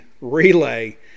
relay